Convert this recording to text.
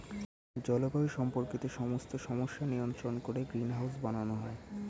জলবায়ু সম্পর্কিত সমস্ত সমস্যা নিয়ন্ত্রণ করে গ্রিনহাউস বানানো হয়